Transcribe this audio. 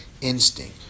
instinct